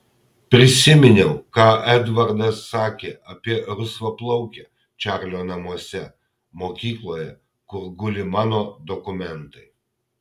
prisiminiau ką edvardas sakė apie rusvaplaukę čarlio namuose mokykloje kur guli mano dokumentai